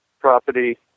property